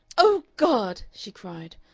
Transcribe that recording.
oh god! she cried,